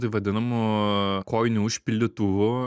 taip vadinamų kojinių užpildytuvų